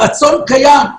הרצון קיים.